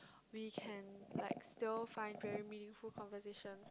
we can like still find very meaningful conversation